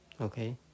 Okay